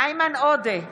איימן עודה,